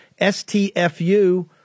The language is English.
STFU